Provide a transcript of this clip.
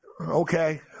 Okay